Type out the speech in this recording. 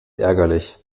ärgerlich